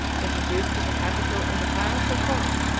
introduced to the capitol in a triumphal car,